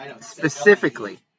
specifically